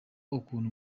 ukuntu